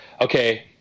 okay